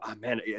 man